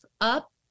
up